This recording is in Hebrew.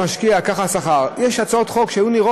לפי כמה שאתה משקיע,